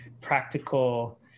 practical